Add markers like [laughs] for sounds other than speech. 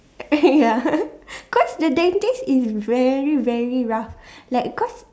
[laughs] ya [laughs] cause the dentist is very very rough like cause